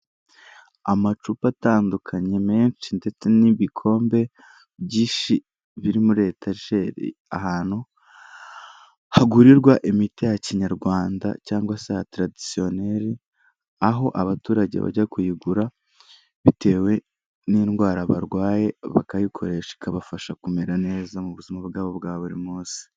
Amacupa atandukanye menshi ndetse n'ibikombe byinshi biri muri etajeri, ahantu hagurirwa imiti ya kinyarwanda cyangwa se taradisiyoneri, aho abaturage bajya kuyigura bitewe n'indwara barwaye bakayikoresha ikabafasha kumera neza mu buzima bwabo bwa buri munsi.